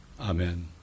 Amen